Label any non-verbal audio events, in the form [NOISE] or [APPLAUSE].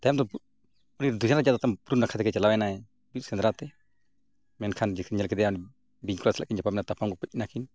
ᱛᱟᱭᱚᱢ ᱫᱚ ᱩᱱᱤ [UNINTELLIGIBLE] ᱯᱩᱨᱩᱵᱽ ᱱᱟᱠᱷᱟ ᱛᱮᱜᱮ ᱪᱟᱞᱟᱣᱮᱱᱟᱭ ᱵᱤᱨ ᱥᱮᱸᱫᱽᱨᱟ ᱛᱮ ᱢᱮᱱᱠᱷᱟᱱ ᱫᱮᱠᱷᱤ ᱧᱮᱞ ᱠᱮᱫᱮᱭᱟᱭ ᱵᱤᱧ ᱠᱚᱲᱟ ᱥᱟᱞᱟᱜ ᱛᱟᱯᱟᱢ ᱱᱟᱭ ᱛᱟᱯᱟᱢ ᱜᱚᱯᱚᱡ ᱮᱱᱟᱹᱠᱤᱱ